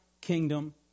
kingdom